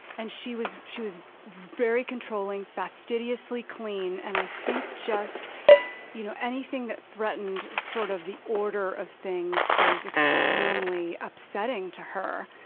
and she was she was very controlling, fastidiously clean, and i think just you know anything anything that threatened sort of the order of things was extremely upsetting to her.